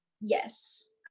Yes